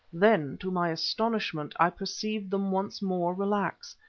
then, to my astonishment, i perceived them once more relax,